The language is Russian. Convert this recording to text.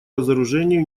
разоружению